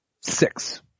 six